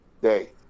day